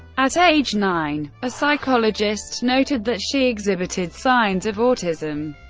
at age nine, a psychologist noted that she exhibited signs of autism.